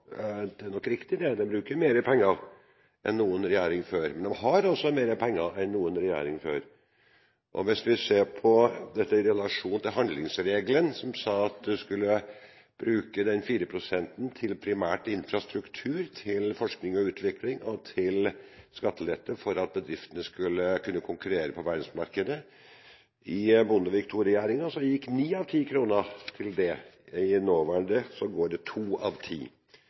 det er nok riktig, den bruker mer penger enn noen regjering før, men den har også mer penger enn noen regjering før. Og hvis vi ser på dette i relasjon til handlingsregelen, at en skulle bruke de 4 prosentene primært til infrastruktur, til forskning og utvikling og til skattelette for at bedriftene skulle konkurrere på verdensmarkedet, er det slik at under Bondevik II-regjeringen gikk ni av ti kroner til dette, under nåværende regjering går det to av ti